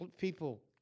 people